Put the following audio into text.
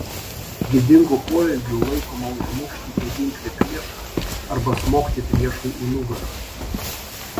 gėdingu poelgiu laikoma užmušti beginklį priešą arba smogti priešui į nugarą